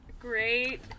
great